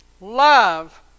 Love